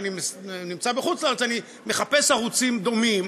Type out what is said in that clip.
כשאני נמצא בחוץ-לארץ אני מחפש ערוצים דומים.